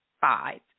five